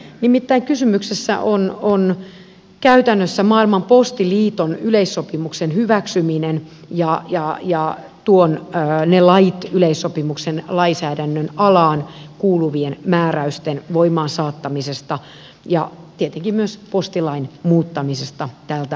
nimittäin kysymyksessä on käytännössä maailman postiliiton yleissopimuksen hyväksyminen ja lait yleissopimuksen lainsäädännön alaan kuuluvien määräysten voimaansaattamisesta ja tietenkin myös postilain muuttamisesta tältä osin